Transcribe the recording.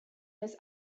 miss